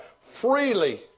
freely